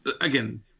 again